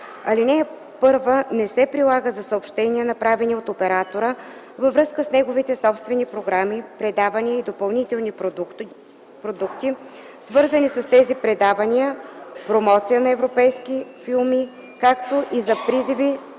Алинея 1 не се прилага за съобщения, направени от оператора във връзка с неговите собствени програми, предавания и допълнителни продукти, свързани с тези предавания, промоция на европейски филми, както и за призиви